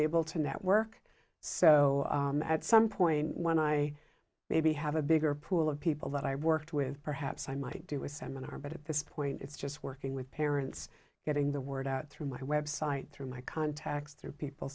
able to network so at some point when i maybe have a bigger pool of people that i worked with perhaps i might do a seminar but at this point it's just working with parents getting the word out through my website through my contacts through people